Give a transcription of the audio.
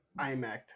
iMac